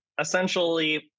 essentially